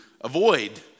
avoid